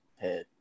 head